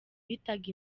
bitaga